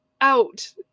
Out